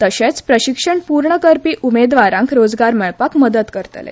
तशेंच प्रशिक्षण पूर्ण करपी उमेदवारांक रोजगार मेळपाक मदत करतले